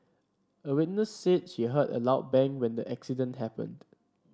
a witness said she heard a loud bang when the accident happened